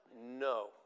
No